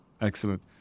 Excellent